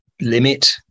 limit